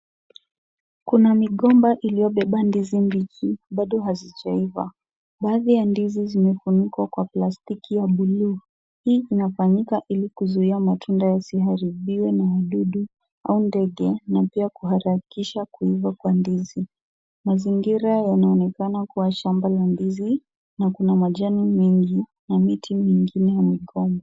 Kuna migomba iliyobeba ndizi mbichi bado hazijaiva. Baadhi ya ndizi zimefunikwa kwa plastiki ya bluu. Hii inafanyika ili kuzuia matunda yasiharibiwe na wadudu au ndege na pia kuharakisha kuiva kwa ndizi. Mazingira yanaonekana kuwa shamba la ndizi na kuna majani mingi na miti mingine ya migomba.